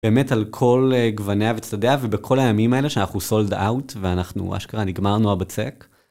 באמת על כל גווניה וצדדיה ובכל הימים האלה שאנחנו סולד אאוט ואנחנו אשכרה נגמר לנו הבצק.